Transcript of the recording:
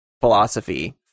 philosophy